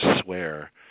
swear